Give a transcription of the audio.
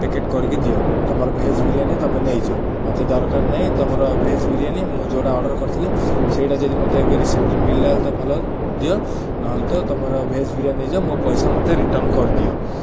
packet କରିକି ଦିଅ ତମର ଭେଜ୍ ବିରିୟାନି ତମେ ନେଇଯଅ ମତେ ଦରକାର ନାହିଁ ତମର ଭେଜ୍ ବିରିୟାନି ମୁଁ ଯେଉଁଟା ଅର୍ଡ଼ର କରିଥିଲି ସେଇଟା ଯଦି ମତେ ଏବେ ରିସେଣ୍ଟ୍ଲି ମିଳିଲା ତ ଭଲ ଦିଅ ନହେଲେ ତମର ଭେଜ୍ ବିରିୟାନି ନେଇ ଯାଅ ମୋ ପଇସା ମତେ ରିଟର୍ଣ୍ଣ କରିଦିଅ